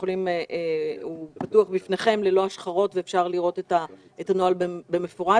הוא פתוח בפניכם ללא השחרות ואפשר לראות את הנוהל במפורט.